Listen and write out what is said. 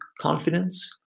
confidence